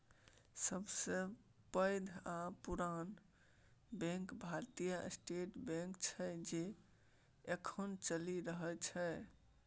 सबसँ पैघ आ पुरान बैंक भारतीय स्टेट बैंक छै जे एखनहुँ चलि रहल छै